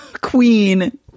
queen